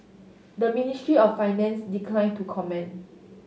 the Ministry of Finance decline to comment